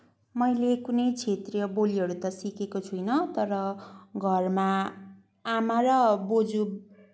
मैले कुनै क्षेत्रीय बोलीहरू त सिकेको छुइनँ घरमा आमा र बोज्यू